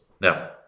Now